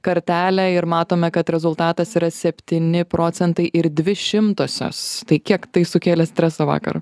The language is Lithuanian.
kartelę ir matome kad rezultatas yra septyni procentai ir dvi šimtosios tai kiek tai sukėlė streso vakar